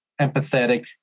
empathetic